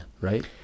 Right